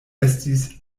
estis